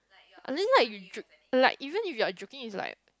I think like jo~ like even if you're joking is like